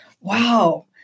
Wow